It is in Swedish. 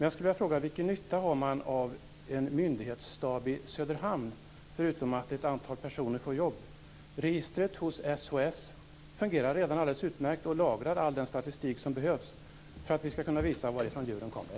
Jag vill då fråga: Vilken nytta har man av en myndighetsstab i Söderhamn, förutom att ett antal personer får jobb? Registret hos SHS fungerar redan alldeles utmärkt och där lagras all statistik som behövs för att man skall kunna visa varifrån djuren kommer.